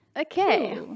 Okay